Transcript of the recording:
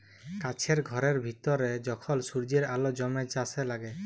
কাছের ঘরের ভিতরে যখল সূর্যের আল জ্যমে ছাসে লাগে